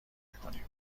میکنیم